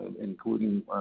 including